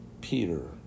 Peter